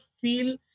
feel